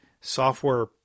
software